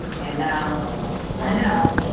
and now i know,